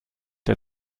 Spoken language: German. der